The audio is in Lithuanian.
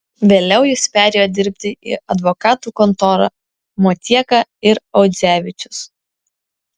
vėliau jis perėjo dirbti į advokatų kontorą motieka ir audzevičius